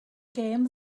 gêm